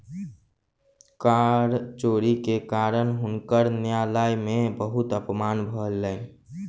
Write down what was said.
कर चोरी के कारण हुनकर न्यायालय में बहुत अपमान भेलैन